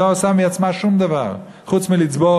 היא לא עושה לעצמה שום דבר חוץ מלצבור